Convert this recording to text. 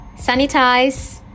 sanitize